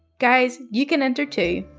guys, you can enter too.